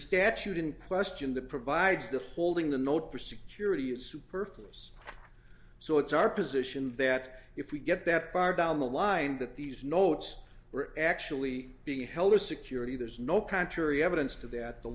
statute in question that provides the holding the note for security is superfluous so it's our position that if we get that far down the line that these notes are actually being held as security there's no contrary evidence to that the